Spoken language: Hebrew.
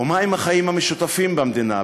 ומה עם החיים המשותפים במדינה,